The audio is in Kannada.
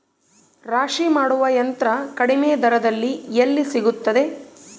ರಾಶಿ ಮಾಡುವ ಯಂತ್ರ ಕಡಿಮೆ ದರದಲ್ಲಿ ಎಲ್ಲಿ ಸಿಗುತ್ತದೆ?